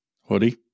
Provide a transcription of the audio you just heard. Hoodie